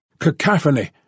cacophony